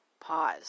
pause